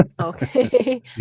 Okay